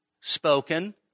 spoken